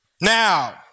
Now